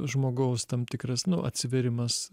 žmogaus tam tikras atsivėrimas